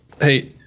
hey